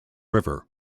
river